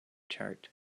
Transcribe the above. chart